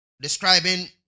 describing